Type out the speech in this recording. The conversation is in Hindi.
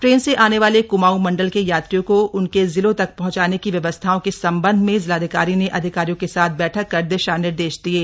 ट्रेन से आने वाले क्माऊं मण्डल के यात्रियों को उनके जिलों तक पहंचाने की व्यवस्थाओ के सम्बन्ध में जिलाधिकारी ने अधिकारियों के साथ बैठक कर दिशा निर्देश दिये